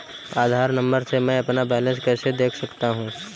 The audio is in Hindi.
आधार नंबर से मैं अपना बैलेंस कैसे देख सकता हूँ?